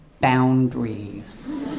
boundaries